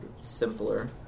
simpler